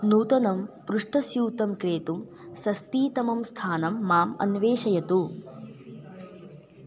नूतनं पृष्ठस्यूतं क्रेतुं षष्ठितमं स्थानं माम् अन्वेषयतु